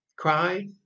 Cry